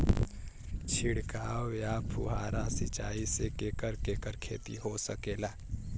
छिड़काव या फुहारा सिंचाई से केकर केकर खेती हो सकेला?